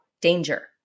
danger